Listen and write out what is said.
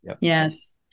Yes